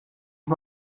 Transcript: ich